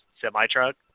semi-truck